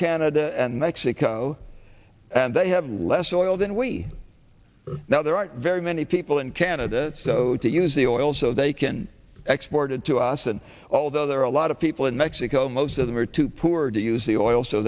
canada and mexico and they have less oil than we are now there aren't very many people in canada so to use the oil so they can export it to us and although there are a lot of people in mexico most of them are too poor to use the oil so